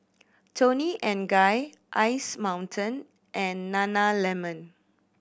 Toni and Guy Ice Mountain and Nana Lemon